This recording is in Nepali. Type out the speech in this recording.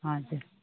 हजुर